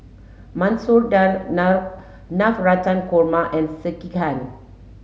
Masoor Dal Navratan Korma and Sekihan